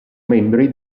membri